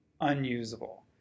unusable